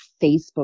Facebook